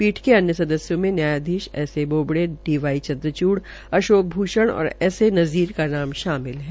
पीठ के अन्य सदस्यों में न्यायाधीश S A Bobde D Y Chandrachud Ashok Bhushan और एस ए नज़ीर का नाम शामिल है